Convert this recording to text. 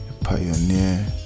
pioneer